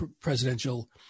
presidential